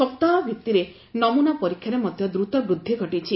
ସପ୍ତାହ ଭିତ୍ତିରେ ନମୂନା ପରୀକ୍ଷାରେ ମଧ୍ୟ ଦ୍ରୁତ ବୃଦ୍ଧି ଘଟିଛି